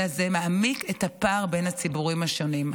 אלא זה מעמיק את הפער בין הציבורים השונים.